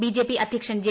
BJP അധ്യക്ഷൻ J